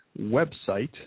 website